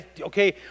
Okay